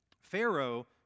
Pharaoh